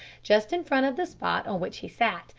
just in front of the spot on which he sat,